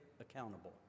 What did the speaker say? accountable